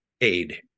aid